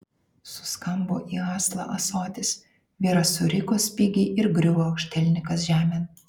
suskambo į aslą ąsotis vyras suriko spigiai ir griuvo aukštielninkas žemėn